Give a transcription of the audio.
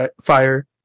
fire